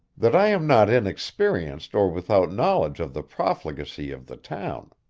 that i am not inexperienced or without knowledge of the profligacy of the town.